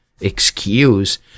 excuse